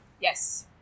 Yes